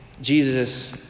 Jesus